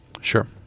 Sure